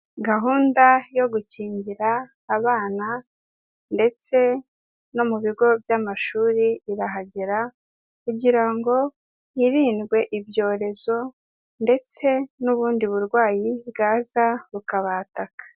Gahunda yo gukingira abana ndetse no mu bigo by'amashuri irahagera, kugira ngo hirindwe ibyorezo ndetse n'ubundi burwayi bwaza bukabataka.